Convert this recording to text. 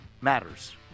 matters